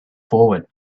forward